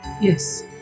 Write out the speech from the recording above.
Yes